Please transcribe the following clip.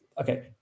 Okay